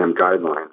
guidelines